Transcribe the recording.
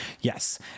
Yes